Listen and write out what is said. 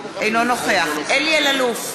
אינו נוכח אלי אלאלוף,